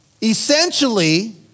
essentially